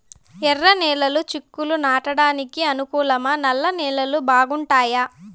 ఎర్రనేలలు చిక్కుళ్లు నాటడానికి అనుకూలమా నల్ల నేలలు బాగుంటాయా